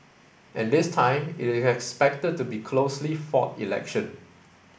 and this time it is expected to be a closely fought election